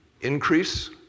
increase